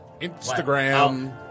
Instagram